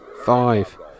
five